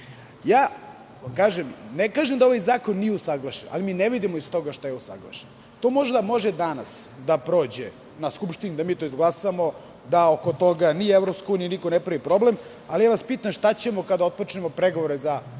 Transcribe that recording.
kažem da ovaj zakon nije usaglašen, ali iz toga ne vidimo šta je usaglašeno. To možda može danas da prođe na Skupštini i da mi to izglasamo i da oko toga Evropska unija ne pravi problem, ali vas pitam – šta ćemo kada otpočnemo pregovore?